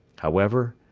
however,